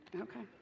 Okay